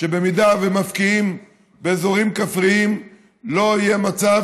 שבמידה שמפקיעים באזורים כפריים לא יהיה מצב